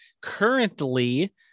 currently